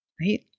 Right